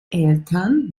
eltern